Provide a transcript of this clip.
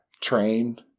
train